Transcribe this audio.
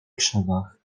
krzewach